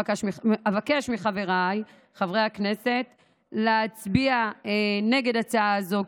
אבקש מחבריי חברי הכנסת להצביע נגד הצעה זו.